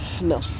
No